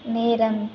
நேரம்